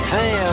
Hey